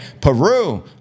Peru